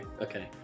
okay